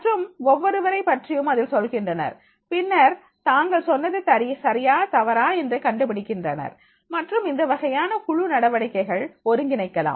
மற்றும் ஒவ்வொருவரை பற்றியும் அதில் சொல்கின்றனர் பின்னர் தாங்கள் சொன்னது சரியா தவறா என்று கண்டுபிடிக்கின்றனர் மற்றும் இந்த வகையான குழு நடவடிக்கைகள் ஒருங்கிணைக்கலாம்